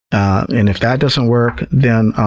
and if that doesn't work, then